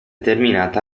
terminata